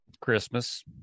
christmas